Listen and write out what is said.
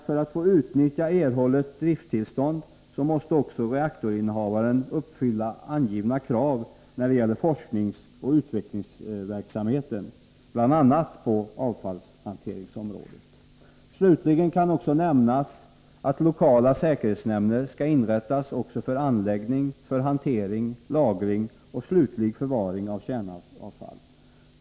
För att få utnyttja erhållet driftstillstånd måste reaktorinnehavare också uppfylla angivna krav när det gäller forskning och utveckling på bl.a. avfallshanteringsområdet. Slutligen kan nämnas att lokala säkerhetsnämnder skall inrättas för anläggning, hantering, lagring eller slutlig förvaring av kärnavfall.